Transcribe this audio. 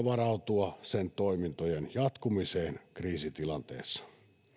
varautua sen toimintojen jatkumiseen kriisitilanteessa